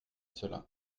cela